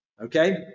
Okay